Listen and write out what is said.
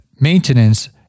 maintenance